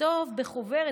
לכתוב בחוברת,